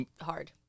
hard